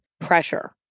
pressure